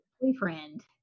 boyfriend